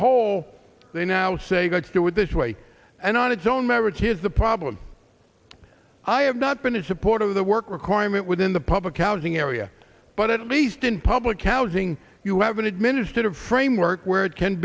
whole they now say got to do with this way and on its own merits here's the problem i have not been in support of the work requirement within the public housing area but at least in public housing you have an administrative framework where it can